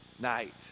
night